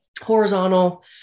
horizontal